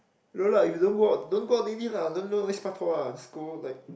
no lah if you don't go out don't go out daily lah don't don't always just go like